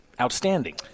outstanding